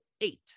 eight